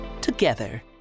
together